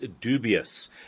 dubious